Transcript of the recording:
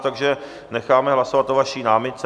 Takže necháme hlasovat o vaší námitce.